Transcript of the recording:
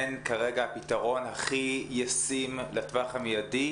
כרגע הפתרון הכי ישים לטווח המיידי,